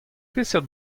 peseurt